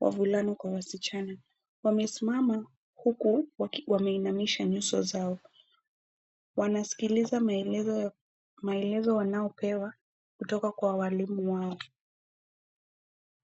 wavulana kwa wasichana. Wamesimama huku wameinamisha nyuso zao. Wanasikiliza maelezo wanayopewa kutoka kwa walimu wao.